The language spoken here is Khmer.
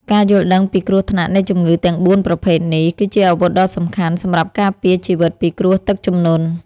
ការយល់ដឹងពីគ្រោះថ្នាក់នៃជំងឺទាំងបួនប្រភេទនេះ គឺជាអាវុធដ៏សំខាន់សម្រាប់ការពារជីវិតពីគ្រោះទឹកជំនន់។